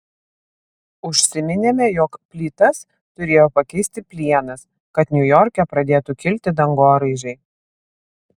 užsiminėme jog plytas turėjo pakeisti plienas kad niujorke pradėtų kilti dangoraižiai